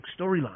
storyline